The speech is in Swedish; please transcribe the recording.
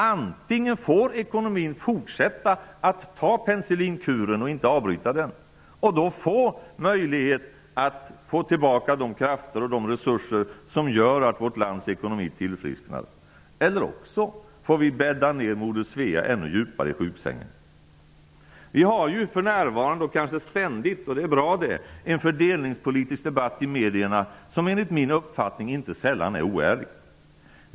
Antingen får ekonomin fortsätta att ta penicillinkuren utan att avbryta den för att vi skall få möjlighet att få tillbaka de krafter och resurser som gör att vårt lands ekonomi tillfrisknar, eller också får vi bädda ner Moder Svea ännu djupare i sjuksängen. För närvarande förs en ständig debatt om fördelningspolitiken i medierna, vilket är bra. Men enligt min uppfattning är den inte sällan oärlig.